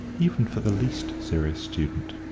even for the least serious student.